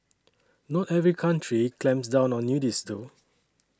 not every country clamps down on nudists though